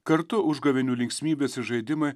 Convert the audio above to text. kartu užgavėnių linksmybės ir žaidimai